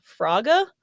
Fraga